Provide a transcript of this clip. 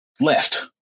left